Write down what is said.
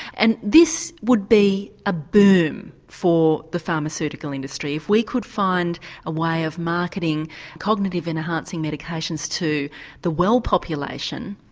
and this would be a boom for the pharmaceutical industry, if we could find a way of marketing cognitive enhancing medications to the well population.